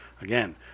again